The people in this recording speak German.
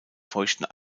feuchten